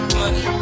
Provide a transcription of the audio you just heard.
money